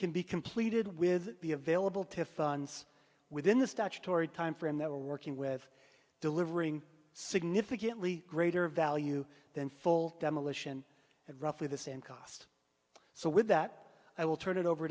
can be completed with be available to funds within the statutory time frame that we're working with delivering significantly greater value than full demolition at roughly the same cost so with that i will turn it over